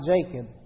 Jacob